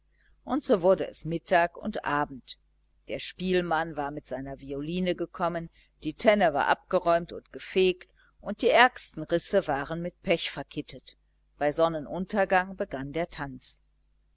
und so wurde es mittag und abend der spielmann war mit seiner violine gekommen die tenne war abgeräumt und gefegt und die ärgsten risse waren mit pech verkittet bei sonnenuntergang begann der tanz